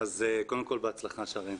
אז קודם כל בהצלחה, שרן.